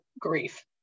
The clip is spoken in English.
grief